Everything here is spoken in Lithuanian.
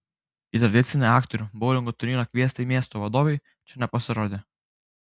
į tradicinį aktorių boulingo turnyrą kviesti miesto vadovai čia nepasirodė